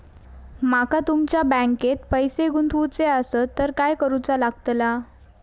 माका तुमच्या बँकेत पैसे गुंतवूचे आसत तर काय कारुचा लगतला?